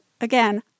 again